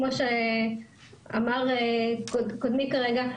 כמו שאמר קודמי כרגע,